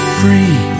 free